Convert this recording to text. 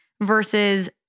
versus